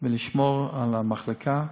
ולשמור על המחלקה,